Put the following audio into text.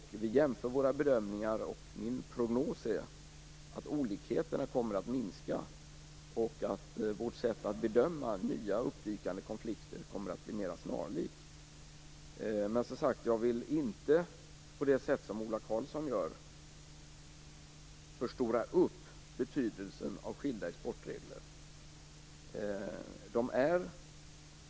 Vi jämför våra bedömningar. Min prognos är att olikheterna kommer att minska och att våra sätt att bedöma nya uppdykande konflikter kommer att bli mera snarlika. Jag vill inte på det sätt som Ola Karlsson gör förstora betydelsen av skilda exportregler.